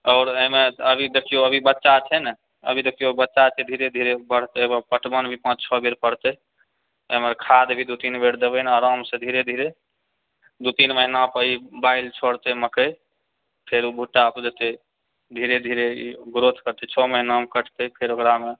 आओर एहिमे देखिऔ अभी बच्चा छै नेअभी देखिऔ बच्चा छै धीरे धीरे बढ़तै ओकर बाद पटवन भी पाँच छहो बेर परतय एहिमे खाद भी दू तीन बेर देबय न आरामसँ धीरे धीरे दू तीन महीना पर ई बालि छोड़तय मकै फेर ओ भुट्टा पर जेतय धीरे धीरे ई ग्रोथ करतय छओ महीनामे कटतय फेर ओकरामे